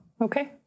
Okay